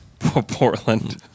Portland